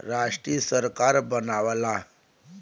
राष्ट्रीय सरकार बनावला